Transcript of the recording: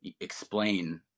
explain